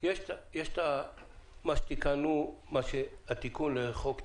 יש התיקון לחוק טיבי,